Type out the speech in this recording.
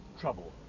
Trouble